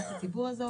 שמורה לו הזכות.